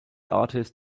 artist